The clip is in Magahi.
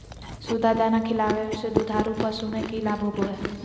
सुधा दाना खिलावे से दुधारू पशु में कि लाभ होबो हय?